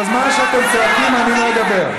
כל זמן שאתם צועקים, אני לא אדבר.